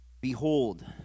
Behold